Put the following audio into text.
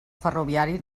ferroviari